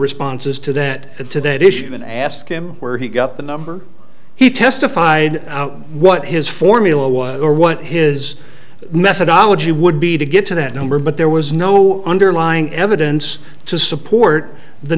responses to that to that issue and ask him where he got the number he testified out what his formula was or what his methodology would be to get to that number but there was no underlying evidence to support the